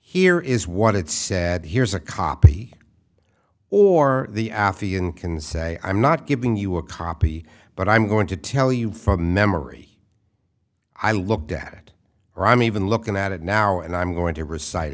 here is what it said here's a copy or the aphelion can say i'm not giving you a copy but i'm going to tell you from memory i looked at her i mean even looking at it now and i'm going to recite